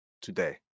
today